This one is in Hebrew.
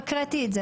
עכשיו קראתי.